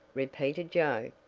repeated joe,